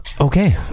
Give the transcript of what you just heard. okay